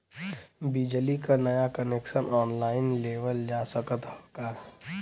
बिजली क नया कनेक्शन ऑनलाइन लेवल जा सकत ह का?